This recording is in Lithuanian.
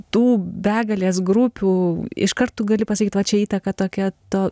tų begalės grupių iš kart tu gali pasakyt va čia įtaka tokia tu